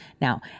Now